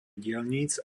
diaľnic